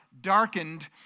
darkened